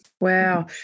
wow